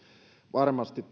varmasti